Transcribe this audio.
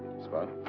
spot?